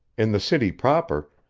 in the city proper,